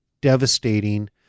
devastating